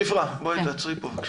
שפרה, תעצרי פה, בבקשה.